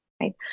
Right